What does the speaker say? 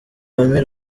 emile